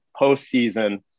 postseason